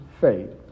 faith